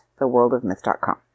theworldofmyth.com